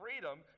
freedom